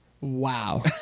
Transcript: Wow